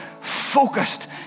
focused